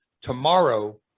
tomorrow